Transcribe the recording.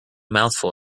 mouthful